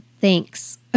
thanks